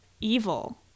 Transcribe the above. evil